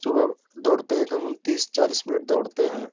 सुबह दौड़ते हैं हम तीस चालीस मिनट दौड़ते हैं